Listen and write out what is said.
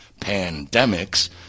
Pandemics